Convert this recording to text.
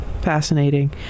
Fascinating